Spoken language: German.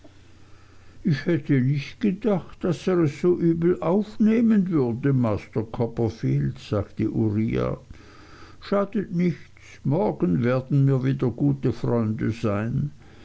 ich hätte nicht gedacht daß er es so übel aufnehmen würde master copperfield sagte uriah schadet nichts morgen werden wir wieder gute freunde sein